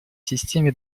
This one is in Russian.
системе